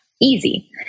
easy